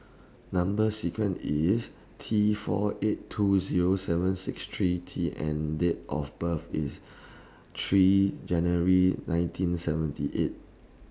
Number sequence IS T four eight two Zero seven six three T and Date of birth IS three January nineteen seventy eight